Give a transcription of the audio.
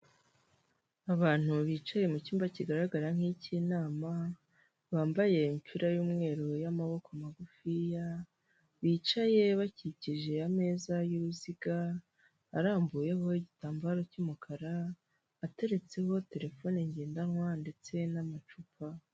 Abantu bicaye mu cyumba kigaragara nk'icy'inama, bambaye imipira y'umweru y'amaboko magufiya, bicaye bakikije ameza y'uruziga, arambuyeho igitambaro cy'umukara, ateretseho terefone ngendanwa ndetse n'amacupa.